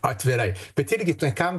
atvirai bet irgi toj kam